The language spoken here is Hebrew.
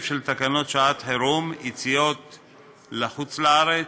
של תקנות שעת-חירום (יציאה לחוץ-לארץ),